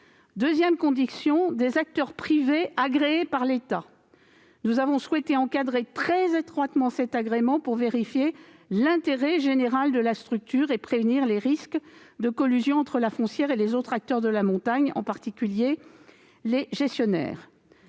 d'autre part, des acteurs privés agréés par l'État. Nous avons souhaité encadrer très étroitement l'agrément pour vérifier l'intérêt général de la structure et prévenir les risques de collusion entre la foncière et les autres acteurs de la montagne, en particulier les gestionnaires.